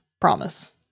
Promise